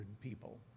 people